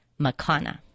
Makana